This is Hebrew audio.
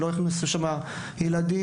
שלא הכניסו שם ילדים,